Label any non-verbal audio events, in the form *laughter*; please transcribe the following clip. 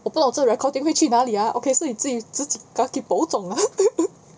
我不懂这个 recording 会去哪里 ah okay 是你自己自己 gaa gei bou zung 了 *laughs*